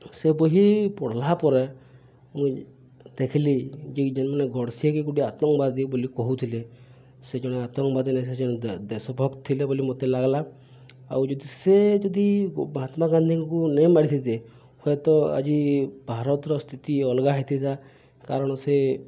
ସେ ବହି ପଢ଼୍ଲା ପରେ ମୁଇଁ ଦେଖ୍ଲି ଯେ ଯେନ୍ମାନେ ଗଡ଼୍ସେକେ ଗୁଟେ ଆତଙ୍କ୍ବାଦୀ ବୋଲି କହୁଥିଲେ ସେ ଜଣେ ଆତଙ୍କବାଦୀ ନେଇସେ ଜଣେ ଦେଶ୍ ଭକ୍ତ ଥିଲେ ବୋଲି ମତେ ଲାଗ୍ଲା ଆଉ ଯଦି ସେ ଯଦି ମହାତ୍ମା ଗାନ୍ଧୀଙ୍କୁ ନେଇ ମାରିଥିତେ ହୁଏତ ଆଜି ଭାରତ୍ର ସ୍ଥିତି ଅଲ୍ଗା ହେଇଥିଲା କାରଣ୍ ସେ